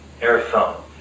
airphone